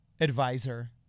advisor